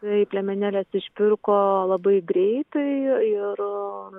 taip liemenėles išpirko labai greitai ir